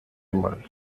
mal